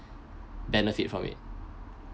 benefit from it